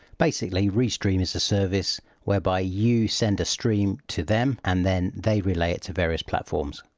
basically, restream is a service whereby you send a stream to them and then they relay it to various platforms.